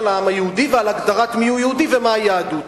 לעם היהודי ולהגדרת מיהו יהודי ומהי יהדות.